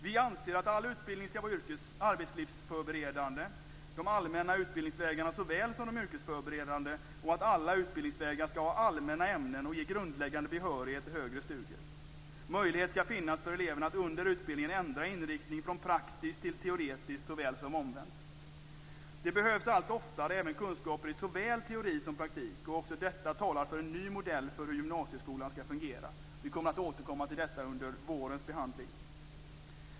Vi anser att all utbildning skall vara arbetslivsförberedande, de allmänna utbildningsvägarna såväl som de yrkesförberedande, och att alla utbildningsvägar skall ha allmänna ämnen och ge grundläggande behörighet till högre studier. Möjlighet skall finnas för eleverna att under utbildningen ändra inriktning, från praktisk till teoretisk såväl som omvänt. Det behövs allt oftare kunskaper i såväl teori som praktik. Också detta talar för en ny modell för hur gymnasieskolan skall fungera. Vi kommer att återkomma till detta under vårens behandling.